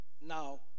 Now